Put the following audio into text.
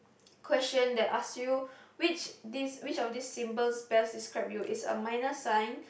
question that ask you which this which of these symbols best describe you it's a minus sign